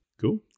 Cool